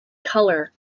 color